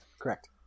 Correct